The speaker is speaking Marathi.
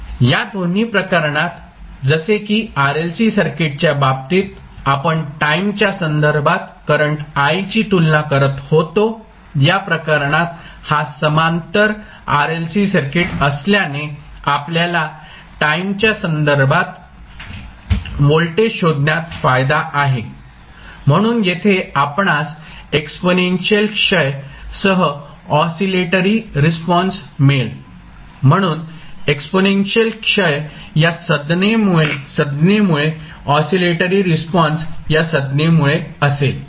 या दोन्ही प्रकरणात जसे की RLC सर्किटच्या बाबतीत आपण टाईमच्या संदर्भात करंट i ची तुलना करत होतो या प्रकरणात हा समांतर RLC सर्किट असल्याने आपल्याला टाईमच्या संदर्भात व्होल्टेज शोधण्यात फायदा आहे म्हणून येथे आपणास एक्सपोनेन्शियल क्षय सह ऑसीलेटरी रिस्पॉन्स मिळेल म्हणून एक्सपोनेन्शियल क्षय या संज्ञे मुळे ऑसीलेटरी रिस्पॉन्स या संज्ञे मुळे असेल